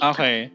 Okay